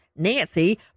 Nancy